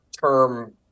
term